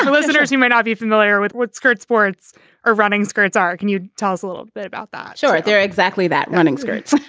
and visitors who may not be familiar with what skirt's sports are running, skirt's are. can you tell us a little bit about that? sure. they're exactly that running skirts,